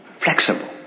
flexible